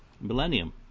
millennium